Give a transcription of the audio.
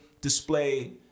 display